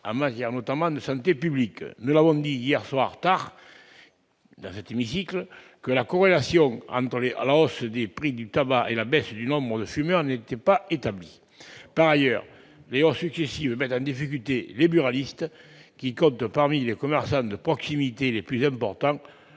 en matière notamment de santé publique. Nous l'avons dit hier soir, la corrélation entre la hausse des prix du tabac et la baisse du nombre de fumeurs n'est pas établie. Par ailleurs, les hausses successives mettent en difficulté les buralistes, qui comptent parmi les commerçants de proximité les plus importants,